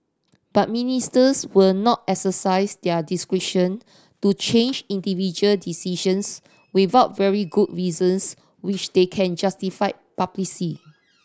but Ministers will not exercise their discretion to change individual decisions without very good reasons which they can justify